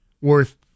worth